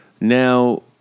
Now